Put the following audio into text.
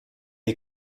est